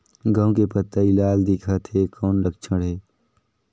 गहूं के पतई लाल दिखत हे कौन लक्षण हे?